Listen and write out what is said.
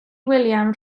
william